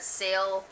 sale